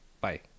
bye